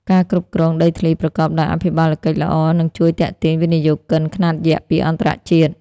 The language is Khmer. ការគ្រប់គ្រងដីធ្លីប្រកបដោយអភិបាលកិច្ចល្អ នឹងជួយទាក់ទាញវិនិយោគិនខ្នាតយក្សពីអន្តរជាតិ។